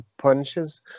punches